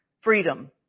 Freedom